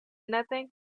nothing